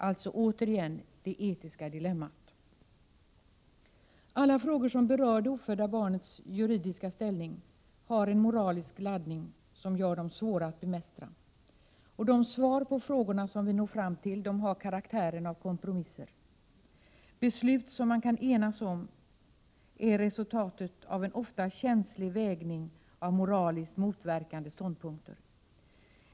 Alltså återigen det etiska dilemmat. Alla frågor som berör det ofödda barnets juridiska ställning har en moralisk laddning som gör dem svåra att bemästra, och de svar på frågorna som vi når fram till har karaktären av kompromisser. Beslut som man kan enas om är resultat av en ofta känslig vägning av moraliskt motverkande ståndpunkter.